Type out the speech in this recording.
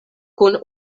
kun